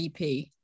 EP